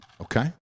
Okay